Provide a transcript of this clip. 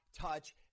touch